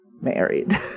married